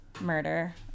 murder